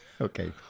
Okay